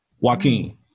joaquin